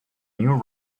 new